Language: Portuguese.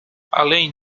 além